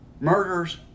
murders